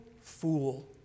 fool